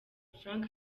frank